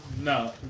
No